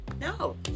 no